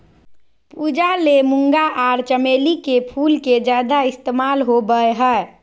पूजा ले मूंगा आर चमेली के फूल के ज्यादे इस्तमाल होबय हय